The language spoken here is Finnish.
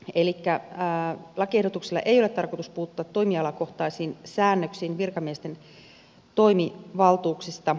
elikkä lakiehdotuksilla ei ole tarkoitus puuttua toimialakohtaisiin säännöksiin virkamiesten toimivaltuuksista